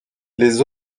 les